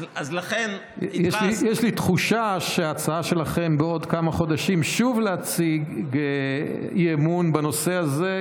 יש לי תחושה שההצעה שלכם בעוד כמה חודשים שוב להציג אי-אמון בנושא הזה,